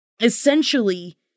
essentially